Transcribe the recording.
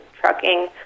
trucking